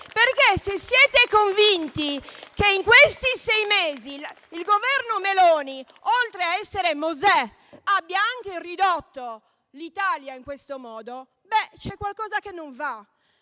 Se siete convinti che in questi sei mesi il Governo Meloni, oltre a essere Mosè, abbia anche ridotto l'Italia in questo modo, c'è qualcosa che non va.